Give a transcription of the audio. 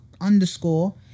underscore